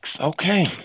Okay